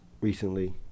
recently